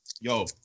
Yo